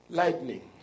lightning